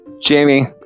Jamie